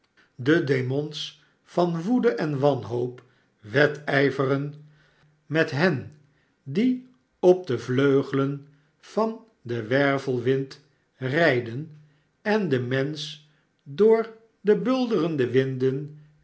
de demons van woede en wanhoop wedijveren met hen die op de vleugelen van den wervelwind rijden en de mensch door de bulderende winden